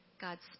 God's